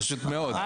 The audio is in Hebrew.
פשוט מאוד,